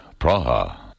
Praha